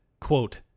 quote